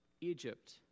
Egypt